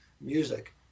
music